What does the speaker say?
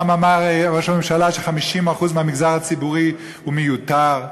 פעם אמר ראש הממשלה ש-50% מהמגזר הציבורי מיותרים.